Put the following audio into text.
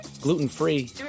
gluten-free